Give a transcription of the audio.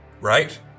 Right